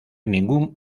ningún